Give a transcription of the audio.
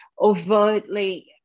overtly